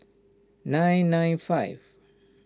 nine nine five